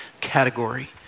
category